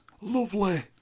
Lovely